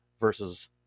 versus